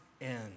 end